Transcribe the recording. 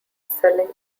selling